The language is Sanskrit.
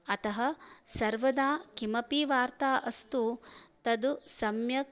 अतः सर्वदा कापि वार्ता अस्तु तद् सम्यक्